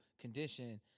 condition